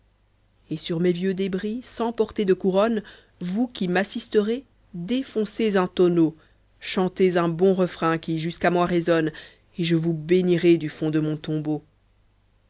et sur mes vieux débris sans porter de couronne vous qui m'assisterez défoncez un tonneau chantez un bon refrain qui jusqu'à moi résonne et je vous bénirai du fond de mon tombeau